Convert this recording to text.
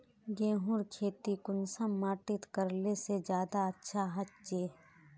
गेहूँर खेती कुंसम माटित करले से ज्यादा अच्छा हाचे?